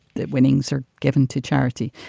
the winnings are given to charity.